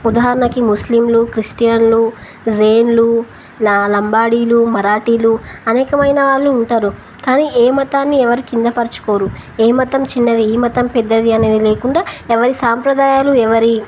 ఉదాహరణకి ముస్లింలు క్రిస్టియన్లు జైన్లు లంబాడీలు మరాఠీలు అనేకమైన వాళ్ళు ఉంటారు కానీ ఏ మతాన్ని ఎవరు కిందపరుచుకోరు ఏ మతం చిన్నది ఈ మతం పెద్దది అనేది లేకుండా ఎవరి సాంప్రదాయాలు ఎవరి